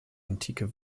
antike